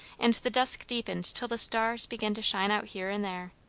and the dusk deepened till the stars began to shine out here and there.